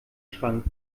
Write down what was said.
schrank